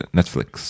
Netflix